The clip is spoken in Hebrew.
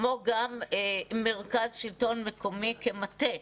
כמו גם מרכז שלטון מקומי כמטה.